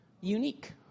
Unique